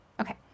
Okay